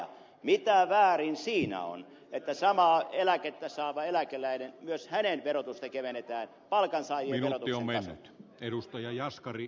mitä on väärin siinä että samaa eläkettä saava eläkeläinen myös hänen verotusta kevennetään palkansaajien verotuksen kannalta